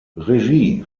regie